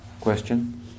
question